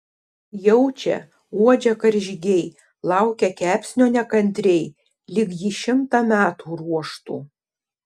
jaučia uodžia karžygiai laukia kepsnio nekantriai lyg jį šimtą metų ruoštų